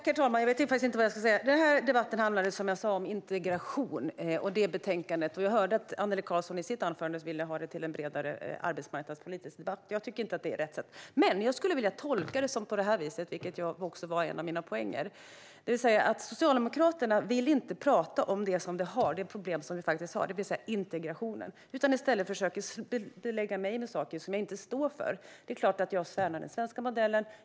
Herr talman! Jag vet faktiskt inte vad jag ska säga. Den här debatten och betänkandet handlar om integration. Jag hörde av Annelie Karlssons anförande att hon ville ha en bredare arbetsmarknadspolitisk debatt. Jag tycker inte att det är rätt sätt. Men jag skulle vilja tolka det så här, vilket också var en av mina poänger: Socialdemokraterna vill inte prata om det problem som vi har, det vill säga integrationen. I stället försöker man att lägga mig saker till last som jag inte står för. Det är klart att jag värnar den svenska modellen.